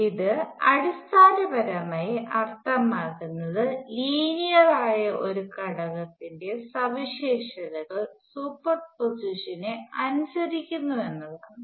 ഇത് അടിസ്ഥാനപരമായി അർത്ഥമാക്കുന്നത് ലീനിയർ ആയ ഒരു ഘടകത്തിന്റെ സവിശേഷതകൾ സൂപ്പർപോസിഷനെ അനുസരിക്കുന്നു എന്നാണ്